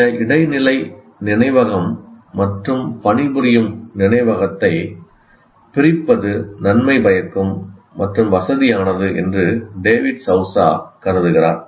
இந்த இடைநிலை நினைவகம் மற்றும் பணிபுரியும் நினைவகத்தை பிரிப்பது நன்மை பயக்கும் மற்றும் வசதியானது என்று டேவிட் சவுசா கருதுகிறார்